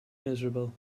miserable